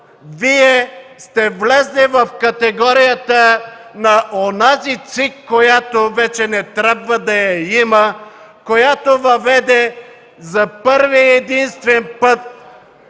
явно сте влезли в категорията на онази ЦИК, която вече не трябва да я има, която въведе за първи и единствен път